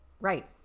Right